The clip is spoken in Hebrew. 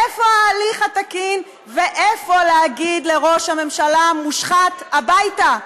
איפה ההליך התקין ואיפה להגיד לראש הממשלה המושחת: הביתה.